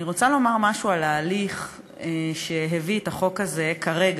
אני רוצה לומר משהו על ההליך שהביא את החוק הזה כרגע,